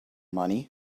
money